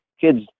Kids